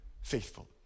faithful